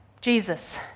Jesus